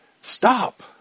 Stop